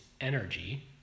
energy